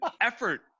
Effort